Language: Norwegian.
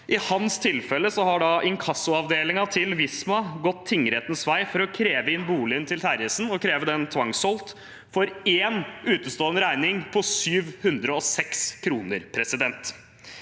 I hans tilfelle har inkassoavdelingen til Visma gått tingrettens vei for å kreve inn boligen til Terjesen og kreve den tvangssolgt, for én utestående regning på 706 kr. Han betalte